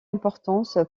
importance